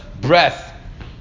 breath